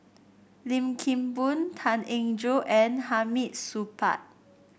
Lim Kim Boon Tan Eng Joo and Hamid Supaat